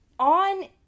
On